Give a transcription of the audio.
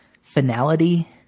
finality